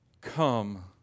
Come